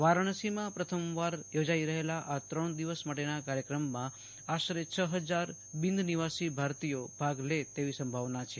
વારાણસીમાં પ્રથમવાર યોજાઈ રહેલા આ ત્રણ દિવસ માટેના કાર્યક્રમમાં આશરે છ હજાર બિન નિવાસી ભારતીયો ભાગ લે તેવી સંભાવના છે